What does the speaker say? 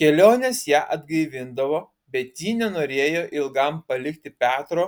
kelionės ją atgaivindavo bet ji nenorėjo ilgam palikti petro